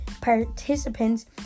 participants